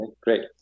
Great